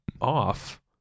off